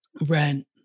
rent